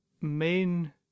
main